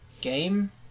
game